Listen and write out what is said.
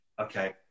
Okay